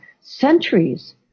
centuries